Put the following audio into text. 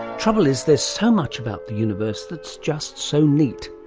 trouble is there's so much about the universe that's just so neat.